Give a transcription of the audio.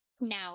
Now